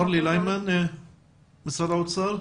אורלי ליימן, משרד האוצר.